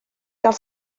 gael